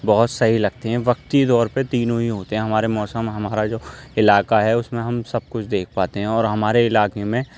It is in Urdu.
بہت صحیح لگتے ہیں وقتی طور پہ تینوں ہی ہوتے ہیں ہمارے موسم ہمارا جو علاقہ ہے اس میں ہم سب کچھ دیکھ پاتے ہیں اور ہمارے علاقے میں